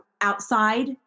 outside